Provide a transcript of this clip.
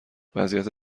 وضعیت